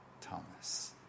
Thomas